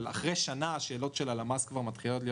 אחרי שנה השאלות של הלמ"ס כבר מתחילות להיות